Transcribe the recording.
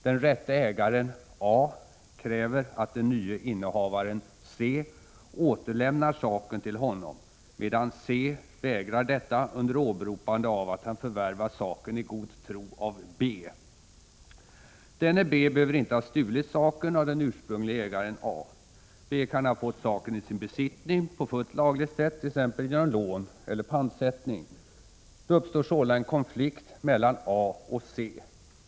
Den rätte ägaren, A, kräver att den nye innehavaren, C, återlämnar saken till honom, medan C vägrar detta under åberopande av att han förvärvat saken i god tro av B. Denne B behöver inte ha stulit saken av den ursprunglige ägaren A. B kan ha fått saken i sin besittning på fullt lagligt sätt, t.ex. genom lån eller pantsättning. Det uppstår sålunda en konflikt mellan A och C.